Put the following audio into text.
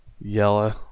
Yellow